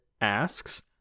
asks